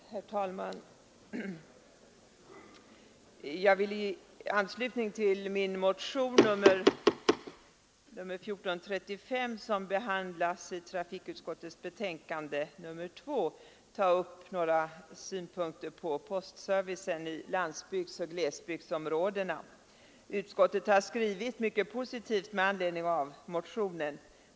Herr talman! Jag vill i anslutning till min motion nr 1435, som behandlas i trafikutskottets betänkande nr 2, anföra några synpunkter på postservicen i landsbygdsoch glesbygdsområdena. Utskottet har skrivit mycket positivt med anledning av motionen.